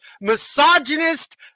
misogynist